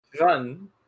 Run